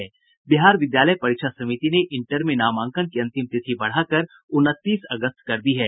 बिहार विद्यालय परीक्षा समिति ने इंटर में नामांकन की अंतिम तिथि बढ़ा कर उनतीस अगस्त तक कर दी है